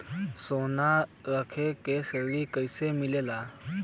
सोना रख के ऋण कैसे मिलेला?